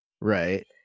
Right